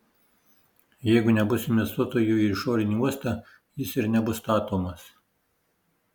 jeigu nebus investuotojų į išorinį uostą jis ir nebus statomas